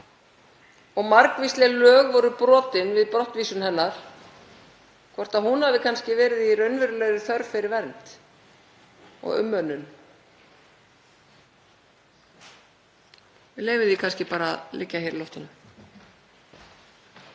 og margvísleg lög voru brotin við brottvísun hennar, hafi kannski verið í raunverulegri þörf fyrir vernd og umönnun. Við leyfum því kannski bara að liggja í loftinu.